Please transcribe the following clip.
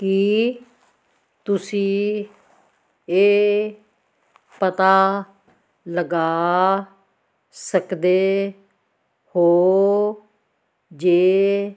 ਕੀ ਤੁਸੀਂਂ ਇਹ ਪਤਾ ਲਗਾ ਸਕਦੇ ਹੋ ਜੇ